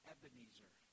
Ebenezer